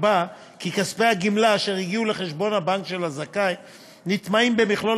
נקבע כי כספי גמלה אשר הגיעו לחשבון הבנק של הזכאי נטמעים במכלול